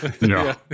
No